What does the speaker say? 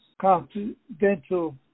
confidential